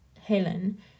Helen